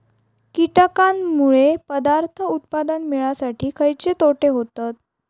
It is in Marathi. कीटकांनमुळे पदार्थ उत्पादन मिळासाठी खयचे तोटे होतत?